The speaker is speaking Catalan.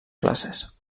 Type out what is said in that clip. classes